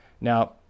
Now